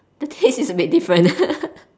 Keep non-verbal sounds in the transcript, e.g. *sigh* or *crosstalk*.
the taste is a bit different *laughs*